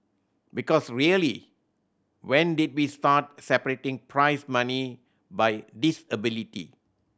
because really when did we start separating prize money by disability